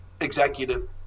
executive